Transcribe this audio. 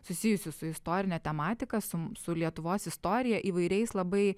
susijusių su istorine tematika su su lietuvos istorija įvairiais labai